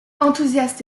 enthousiastes